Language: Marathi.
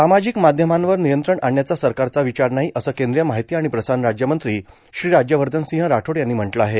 सामाजिक माध्यमांवर नियंत्रण आणण्याचा सरकारचा विचार नाही असं केंद्रीय माहिती आणि प्रसारण राज्यमंत्री राज्यवर्धन सिंह राठोड यांनी म्हटलं आहे